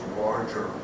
larger